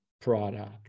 product